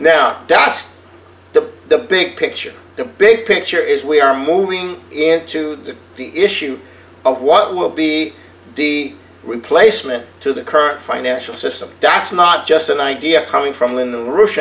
just the the big picture the big picture is we are moving in to the issue of what will be the replacement to the current financial system that's not just an idea coming from in the